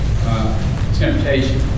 temptation